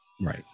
right